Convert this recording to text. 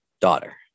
daughter